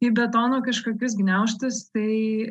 į betono kažkokius gniaužtus tai